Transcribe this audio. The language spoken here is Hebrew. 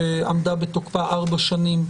שעמדה בתוקפה ארבע שנים,